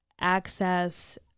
access